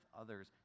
others